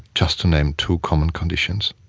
just to name two common conditions.